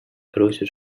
просят